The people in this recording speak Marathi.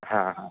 हां हां